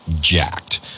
jacked